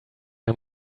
mir